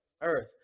Earth